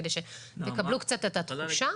מספרות, כדי שתקבלו קצת את התחושה.